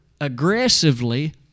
aggressively